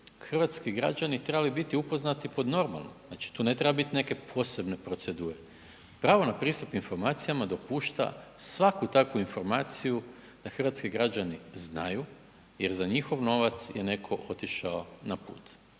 hrvatski građani trebali biti upoznati pod normalno, znači tu ne treba biti neke posebne procedure. Pravo na pristup informacijama dopušta svaku takvu informaciju da hrvatski građani znaju jer za njihov novac je netko otišao na put.